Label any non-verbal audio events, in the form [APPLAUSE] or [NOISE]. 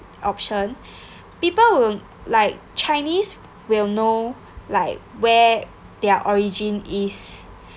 option [BREATH] people who like chinese will know like where their origin is